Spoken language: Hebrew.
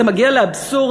זה מגיע לאבסורד,